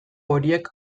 horiek